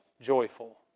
joyful